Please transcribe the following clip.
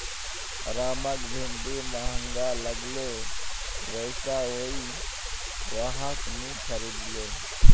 रामक भिंडी महंगा लागले वै स उइ वहाक नी खरीदले